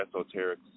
esoteric